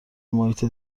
محیط